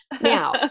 Now